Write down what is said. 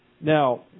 Now